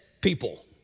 people